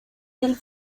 del